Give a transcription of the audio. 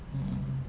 mm